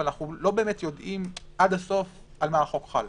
אבל אנחנו לא באמת יודעים עד הסוף על מה החוק חל.